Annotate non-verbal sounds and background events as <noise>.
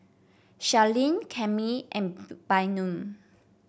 Charline Cami and <unintelligible> Bynum